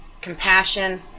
compassion